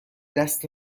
دست